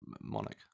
monarch